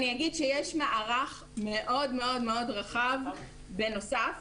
יש מערך מאוד מאוד רחב בנוסף.